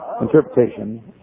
interpretation